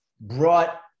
brought